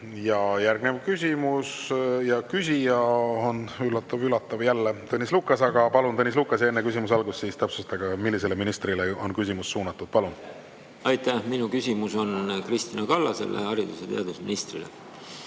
Järgnev küsija on, üllatav-üllatav, jälle Tõnis Lukas. Aga palun, Tõnis Lukas! Enne küsimuse algust täpsustage, millisele ministrile on küsimus suunatud. Palun! Aitäh! Minu küsimus on Kristina Kallasele, haridus- ja teadusministrile.